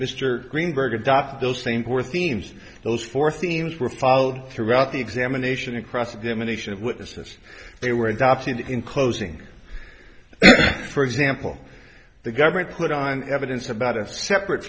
mr greenberg adopt those same core themes those four themes were followed throughout the examination across the emanation of witnesses they were adopted in closing for example the government put on evidence about a separate